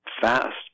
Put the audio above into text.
fast